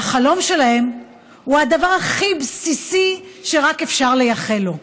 והחלום שלהם הוא הדבר הכי בסיסי שאפשר לייחל לו: